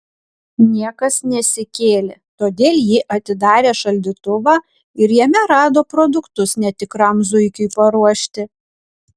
niekas nesikėlė todėl ji atidarė šaldytuvą ir jame rado produktus netikram zuikiui paruošti